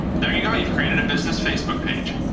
there you go. you've created a business facebook page.